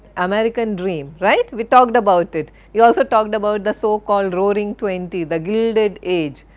american dream, right we talked about it. we also talked about the so-called roaring twenties, the gilded age,